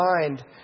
mind